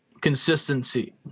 consistency